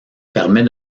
permet